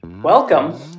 welcome